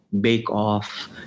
bake-off